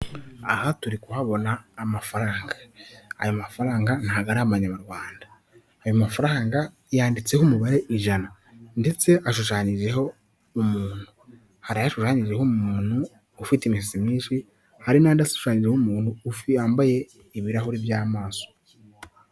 Aha turi kuhabona amafaranga, aya mafaranga ntabwo ari amanyarwanda, ayo mafaranga yanditseho umubare ijana ndetse ashushanyijeho umuntu. Hari ashushanyijeho umuntu ufite imisatsi minshi, hari n'andi ashushanyijeho umuntu yambaye ibirahure by'amaso.